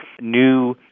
new